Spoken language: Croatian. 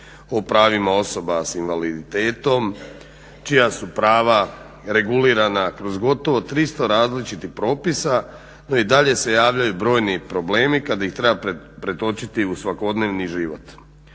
o pravima osoba s invaliditetom čija su prava regulirana kroz gotovo 300 različitih propisa, no i dalje se javljaju brojni problemi kada ih treba pretočiti u svakodnevni život.